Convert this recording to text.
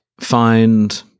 find